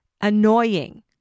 annoying